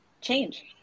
change